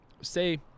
Say –